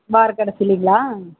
வார கடைசிலிங்களா